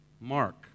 Mark